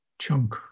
chunk